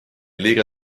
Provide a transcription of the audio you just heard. liiga